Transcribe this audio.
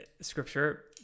Scripture